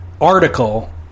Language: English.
article